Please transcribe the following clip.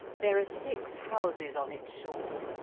there are six houses on its shores.